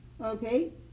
okay